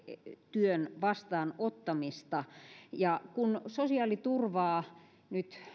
työn vastaanottamista ja kun sosiaaliturvaa nyt